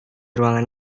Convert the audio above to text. ruangan